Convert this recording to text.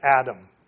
Adam